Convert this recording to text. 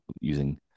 using